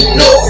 no